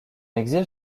exil